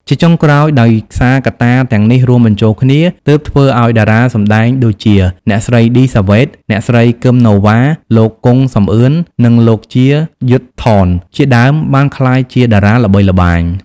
ជាចុងក្រោយដោយសារកត្តាទាំងនេះរួមបញ្ចូលគ្នា ទើបធ្វើឱ្យតារាសម្តែងដូចជា អ្នកស្រី ឌីសាវ៉េត អ្នកស្រី គឹម ណូវ៉ា លោក គង់ សំអឿន និង លោក ជា យុទ្ធថន ជាដើម បានក្លាយជាតារាល្បីល្បាញ។